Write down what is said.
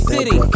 City